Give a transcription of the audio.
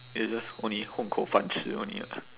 it's just only 混口饭吃 only [what]